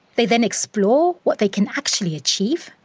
they then explore what they can actually achieve.